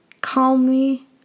calmly